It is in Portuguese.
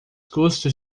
custos